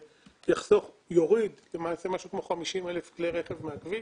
הן שהוא יוריד משהו כמו 50,000 כלי רכב מהכביש.